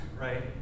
right